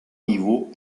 niveaux